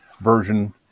version